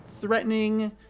threatening